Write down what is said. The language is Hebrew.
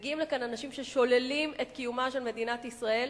מגיעים לכאן אנשים ששוללים את קיומה של מדינת ישראל,